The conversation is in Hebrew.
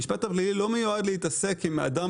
המשפט הפלילי לא מיועד להתעסק עם אדם